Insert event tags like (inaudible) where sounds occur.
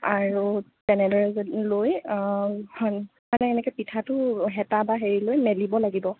আৰু তেনেদৰে যদি লৈ (unintelligible) এনেকৈ পিঠাটো হেতা এটা হেৰি লৈ মেলিব লাগিব